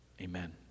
Amen